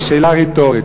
היא שאלה רטורית,